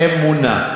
"אמונה".